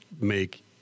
make